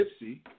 Gypsy